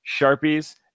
sharpies